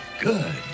Good